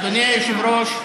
אדוני היושב-ראש,